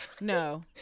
No